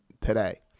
today